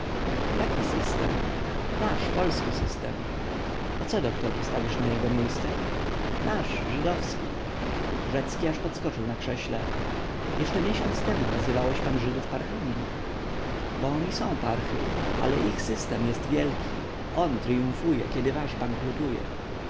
jaki system wasz polski system a co doktor postawisz na jego miejsce nasz żydowski rzecki aż podskoczył na krześle jeszcze miesiąc temu nazywałeś pan żydów parchami bo oni są parchy ale ich system jest wielki on tryumfuje kiedy wasz bankrutuje